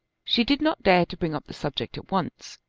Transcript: she did not dare to bring up the subject at once,